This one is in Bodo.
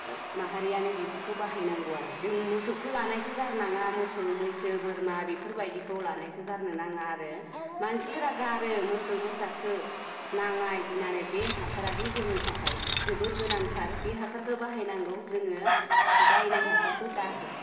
माहारियानो बेफोरखौ बाहायनांगौ आरो जों मोसौखौ लानायखौ गारनाङा मोसौ मैसो बोरमा बिफोरबायदिखौ लानायखौ गारनो नाङा आरो मानसिफोरा गारो मोसौ मोसाखौ नाङा बिदि होननानै बे हासारादि जोंनि थाखाय जोबोर गोनांथार बे हासारखौ बाहायनांगौ जोङो बायनाय हासारखौ दा हो